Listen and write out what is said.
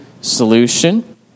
solution